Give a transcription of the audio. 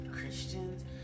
Christians